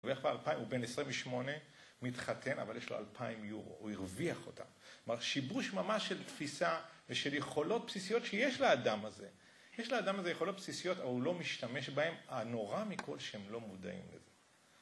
בערך באלפיים הוא בן עשרה ושמונה, מתחתן, אבל יש לו אלפיים יורו. הוא הרוויח אותם. כלומר שיבוש ממש של תפיסה ושל יכולות בסיסיות שיש לאדם הזה. יש לאדם הזה יכולות בסיסיות, אבל הוא לא משתמש בהן. הנורא מכל שהם לא מודעים לזה.